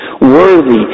worthy